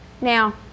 Now